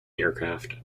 aircraft